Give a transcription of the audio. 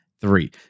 three